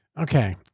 Okay